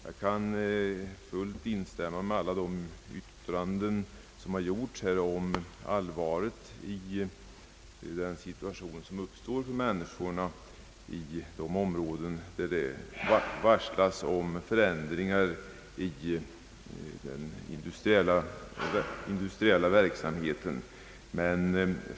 Jag kan fullt instämma i alla yttranden som har förekommit här om allvaret i den situation som uppstår för människorna i de områden där det varslas om förändringar i den industriella verksamheten.